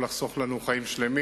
מהן היתה יכולה לחסוך לנו חיים שלמים,